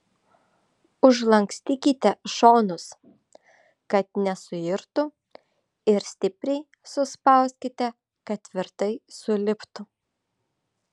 užlankstykite šonus kad nesuirtų ir stipriai suspauskite kad tvirtai suliptų